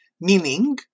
meaning